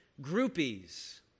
groupies